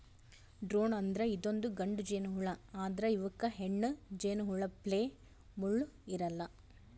drone ಅಂದ್ರ ಇದೊಂದ್ ಗಂಡ ಜೇನಹುಳಾ ಆದ್ರ್ ಇವಕ್ಕ್ ಹೆಣ್ಣ್ ಜೇನಹುಳಪ್ಲೆ ಮುಳ್ಳ್ ಇರಲ್ಲಾ